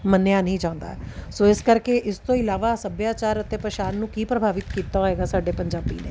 ਮੰਨਿਆ ਨਹੀਂ ਜਾਂਦਾ ਸੋ ਇਸ ਕਰਕੇ ਇਸ ਤੋਂ ਇਲਾਵਾ ਸੱਭਿਆਚਾਰ ਅਤੇ ਭਾਸ਼ਾ ਨੂੰ ਕੀ ਪ੍ਰਭਾਵਿਤ ਕੀਤਾ ਹੋਏਗਾ ਸਾਡੇ ਪੰਜਾਬੀ ਨੇ